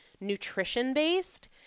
nutrition-based